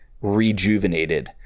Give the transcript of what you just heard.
rejuvenated